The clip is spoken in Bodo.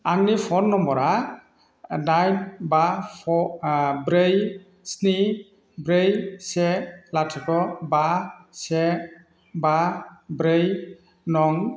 आंनि फ'न नम्बरआ दाइन बा ब्रै स्नि ब्रै से लाथिख' बा से बा ब्रै नं क' विन प'र्टेलनिफ्राय आंनि क'विड टिका थुजानायनि फोरमानलाइखौ डाउनल'ड खालामनो हागोन नामा